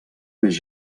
més